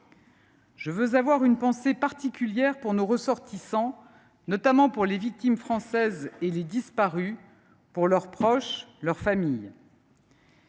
Je veux avoir une pensée particulière pour nos ressortissants, notamment pour les victimes françaises et les disparus, pour leurs proches et leurs familles.